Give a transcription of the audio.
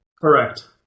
Correct